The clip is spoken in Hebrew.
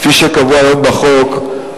כפי שקבוע היום בחוק,